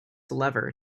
lever